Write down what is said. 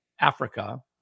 Africa